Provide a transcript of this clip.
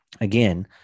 again